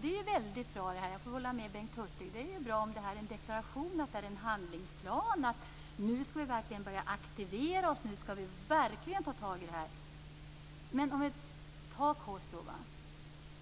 det är ju bra. Jag får hålla med Bengt Hurtig att det är bra att det är fråga om en deklaration, en handlingsplan, att vi nu skall börja aktivera oss, nu skall vi verkligen ta tag i frågorna. Men se på Kosova.